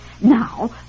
Now